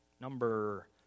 Number